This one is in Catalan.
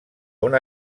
una